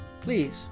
please